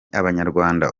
abanyarwanda